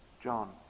John